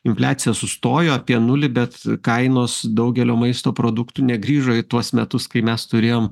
infliacija sustojo apie nulį bet kainos daugelio maisto produktų negrįžo į tuos metus kai mes turėjom